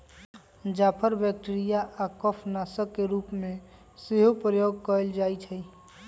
जाफर bacteria आऽ कफ नाशक के रूप में सेहो प्रयोग कएल जाइ छइ